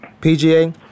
PGA